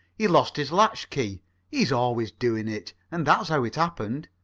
he'd lost his latch-key he's always doing it and that's how it happened.